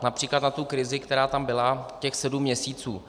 Například na tu krizi, která tam byla těch sedm měsíců.